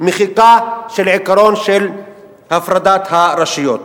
מחיקה של עקרון הפרדת הרשויות.